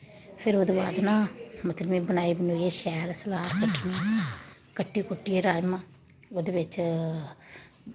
फिर ओह्दे बाद ना मतलब में बनाई बनुइयै शैल सलाद कट्टनी कट्टी कुट्टिया राजमा ओह्दे बिच्च